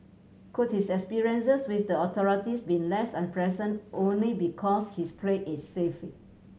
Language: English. could his experiences with the authorities be less unpleasant only because he's played it safe